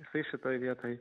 jisai šitoje vietoj